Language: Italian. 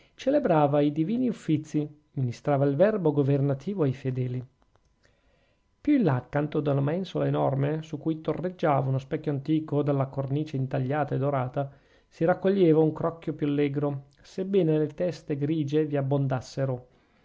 celebrava i divini uffizi ministrava il verbo governativo ai fedeli più in là accanto ad una mensola enorme su cui torreggiava uno specchio antico dalla cornice intagliata e dorata si raccoglieva un crocchio più allegro sebbene le teste grigie vi